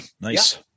Nice